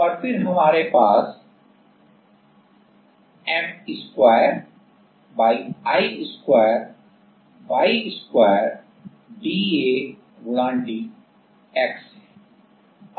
और फिर हमारे पास M2I2 y 2 dA dx है